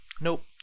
nope